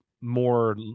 more